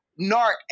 NARC